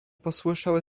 posłyszał